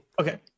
Okay